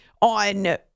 on